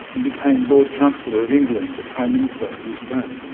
and became lord chancellor of england the prime minister of his time.